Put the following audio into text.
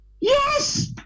Yes